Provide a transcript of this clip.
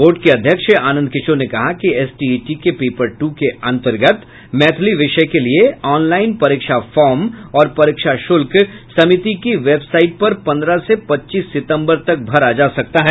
board के अध्यक्ष आनंद किशोर ने कहा कि एसटीईटी के पेपर टू के अंतर्गत मैथिली विषय के लिये ऑनलाइन परीक्षा फॉर्म और परीक्षा शुल्क समिति की वेबसाइट पर पंद्रह से पच्चीस सितंबर तक भरा जा सकता है